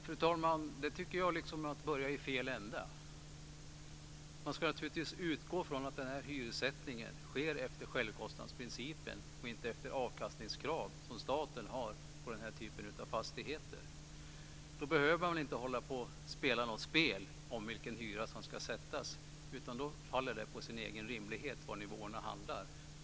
Fru talman! Jag tycker att det är att börja i fel ände. Man ska naturligtvis utgå ifrån att den här hyressättningen sker efter självkostnadsprincipen och inte efter avkastningskrav som staten har på den här typen av fastigheter. Då behöver man inte spela något spel om vilken hyra som ska sättas. Då faller det på sin egen rimlighet var nivåerna hamnar.